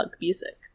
music